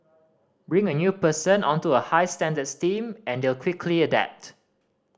bring a new person onto a high standards team and they'll quickly adapt